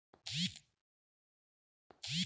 फंफूदनाशक रसायन खेत में से फंफूद खतम करेला